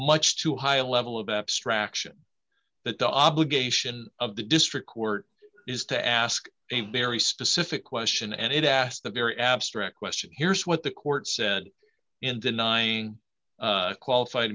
much too high a level of abstraction that the obligation of the district court is to ask a very specific question and it asked the very abstract question here's what the court said in denying qualified